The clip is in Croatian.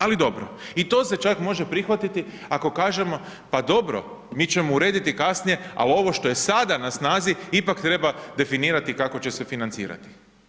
Ali dobro, i to se čak može prihvatiti ako kažemo pa dobro, mi ćemo urediti kasnije ali ovo što je sada na snazi, ipak treba definirati kako će se financirati.